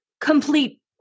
complete